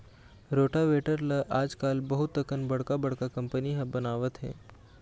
rotavator ल आजकाल बहुत अकन बड़का बड़का कंपनी ह बनावत हे